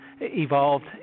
evolved